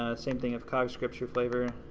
ah same thing if coffeescript's your flavor.